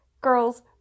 girls